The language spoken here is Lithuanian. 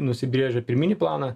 nusibrėžę pirminį planą